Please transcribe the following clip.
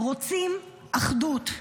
רוצים אחדות.